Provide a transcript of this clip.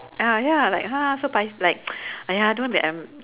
ah ya like !huh! so pai~ like !aiya! don't like um